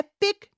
Epic